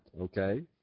okay